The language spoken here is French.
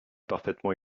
parfaitement